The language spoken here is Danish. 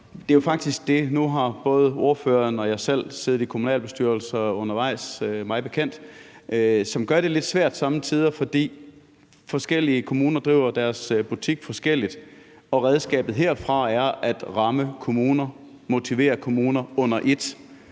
Det er jo faktisk det – nu har både ordføreren og jeg selv mig bekendt siddet i kommunalbestyrelser undervejs – som gør det lidt svært somme tider, for forskellige kommuner driver deres butik forskelligt, og redskabet herfra er at ramme kommuner og motivere kommuner under et.